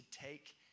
take